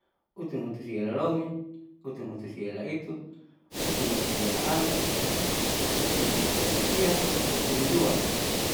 Utunhutusiaela lomi, utunhutusiaela itu, utunhutusiaela alu, utunhutusiaela sia hutulilua.